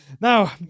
now